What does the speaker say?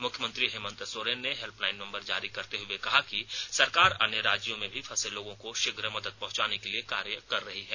मुख्यमंत्री हेमंत सोरेन ने helpline number जारी करते हुए कहा है कि सरकार अन्य राज्यों में भी फंसे लोगों को शीघ्र मदद पहुंचाने के लिए कार्य कर रही है